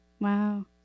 Wow